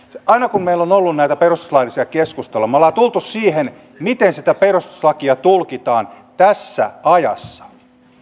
aina kun meillä on ollut näitä perustuslaillisia keskusteluja me olemme tulleet siihen miten sitä perustuslakia tulkitaan tässä ajassa